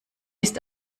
ist